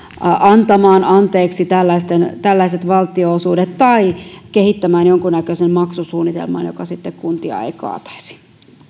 antamaan anteeksi tällaiset valtionosuudet tai kehittämään jonkunnäköisen maksusuunnitelman joka sitten kuntia ei kaataisi